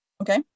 Okay